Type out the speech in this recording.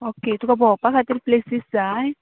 okay तुका भोंवपा खातीर प्लेसीस जाय